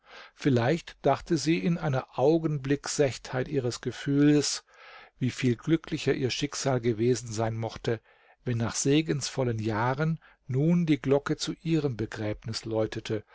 vielleicht dachte sie in einer augenblicksächtheit ihres gefühles wie viel glücklicher ihr schicksal gewesen sein mochte wenn nach segensvollen jahren nun die glocke zu ihrem begräbnis läutete